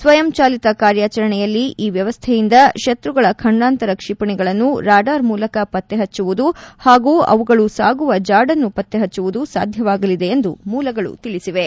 ಸ್ವಯಂಚಾಲಿತ ಕಾರ್ಕಾಚರಣೆಯಲ್ಲಿ ಈ ವ್ಯವಸ್ಥೆಯಿಂದ ಶತ್ರುಗಳ ಖಂಡಾಂತರ ಕ್ಷಿಪಣಿಗಳನ್ನು ರಾಡಾರ್ ಮೂಲಕ ಪತ್ತೆ ಪಬ್ದವುದು ಹಾಗೂ ಅವುಗಳು ಸಾಗುವ ಜಾಡನ್ನು ಪತ್ತೆಹಭ್ಗುವುದು ಸಾಧ್ಲವಾಗಲಿದೆ ಎಂದು ಮೂಲಗಳು ತಿಳಿಸಿವೆ